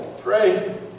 Pray